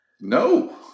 No